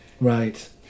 Right